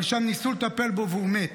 אבל שם ניסו לטפל בו והוא מת.